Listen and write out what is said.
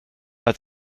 att